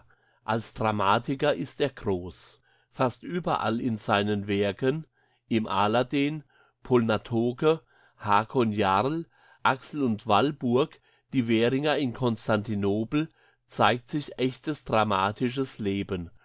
als dramatiker ist er groß fast überall in seinen werken im aladdin polnatoke hakon jarl axel und walburg die währinger in konstantinopel zeigt sich ächtes dramatisches leben